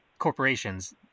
corporations